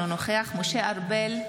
אינו נוכח משה ארבל,